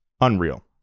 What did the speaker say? Unreal